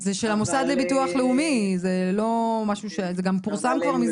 זה של המוסד לביטוח לאומי, וזה גם פורסם מזמן.